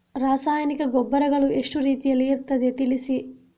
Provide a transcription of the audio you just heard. ರಾಸಾಯನಿಕ ಗೊಬ್ಬರಗಳು ಎಷ್ಟು ರೀತಿಯಲ್ಲಿ ಇರ್ತದೆ ತಿಳಿಸಿ?